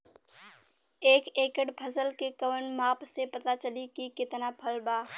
एक एकड़ फसल के कवन माप से पता चली की कितना फल बा?